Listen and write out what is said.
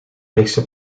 rechtse